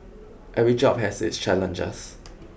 every job has its challenges